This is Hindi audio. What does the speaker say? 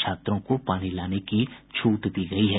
छात्रों को पानी लाने की छूट दी गयी है